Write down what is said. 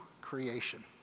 creation